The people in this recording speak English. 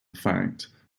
fact